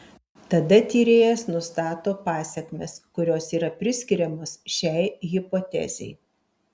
tada tyrėjas nustato pasekmes kurios yra priskiriamos šiai hipotezei